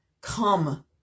Come